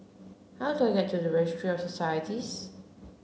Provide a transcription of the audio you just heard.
how do I get to Registry of Societies